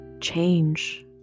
change